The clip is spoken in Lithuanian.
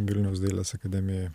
vilniaus dailės akademijoj